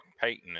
Payton